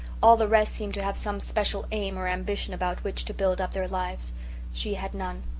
all the rest seemed to have some special aim or ambition about which to build up their lives she had none.